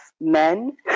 men